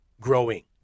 growing